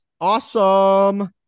Awesome